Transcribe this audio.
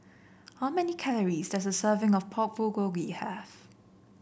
how many calories does a serving of Pork Bulgogi have